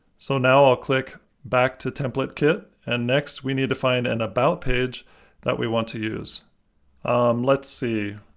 so now i'll click back to template kit and next, we need to find an and about page that we want to use, um let's see,